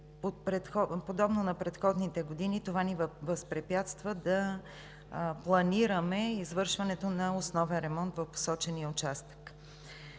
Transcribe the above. подобно на предходните години това ни възпрепятства да планираме извършването на основен ремонт в посочения участък.